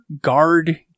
Guard